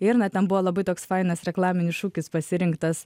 ir na ten buvo labai toks fainas reklaminis šūkis pasirinktas